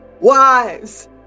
wives